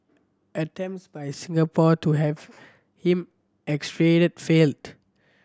attempts by Singapore to have him extradited failed